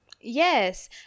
Yes